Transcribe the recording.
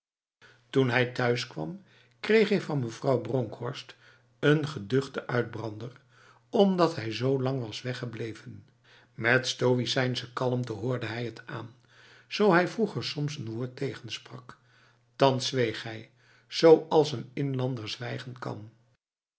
toen hij thuiskwam kreeg hij van mevrouw bronkhorst een geduchte uitbrander omdat hij zo lang was weggebleven met stoïcijnse kalmte hoorde hij het aan zo hij vroeger soms een woord tegensprak thans zweeg hij zoals een inlander zwijgen kan